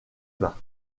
bain